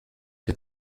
der